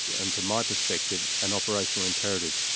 and from my perspective, an operational imperative.